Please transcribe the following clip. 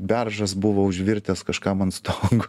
beržas buvo užvirtęs kažkam ant stogo